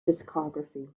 discography